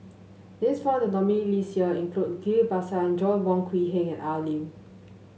names found in the nominees' list this year include Ghillie Basan Joanna Wong Quee Heng and Al Lim